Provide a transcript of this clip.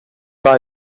still